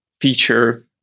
feature